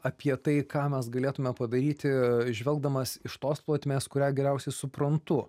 apie tai ką mes galėtume padaryti žvelgdamas iš tos plotmės kurią geriausiai suprantu